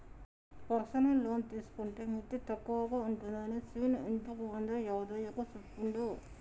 personal loan తీసుకుంటే మిత్తి తక్కువగా ఉంటుందని శీను ఇంతకుముందే యాదయ్యకు చెప్పిండు